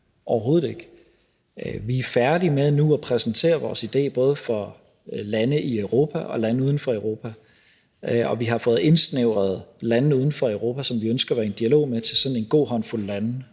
overhovedet ikke. Vi er nu færdige med at præsentere vores idé, både for lande i Europa og lande uden for Europa, og vi har fået indsnævret landene uden for Europa, som vi ønsker at være i dialog med, til sådan en god håndfuld lande,